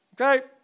Okay